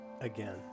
again